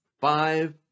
Five